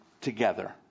together